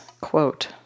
quote